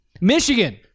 Michigan